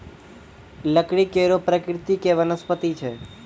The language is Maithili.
लकड़ी कड़ो प्रकृति के वनस्पति छै